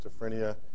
schizophrenia